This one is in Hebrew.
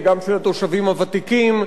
וגם לתושבים הוותיקים,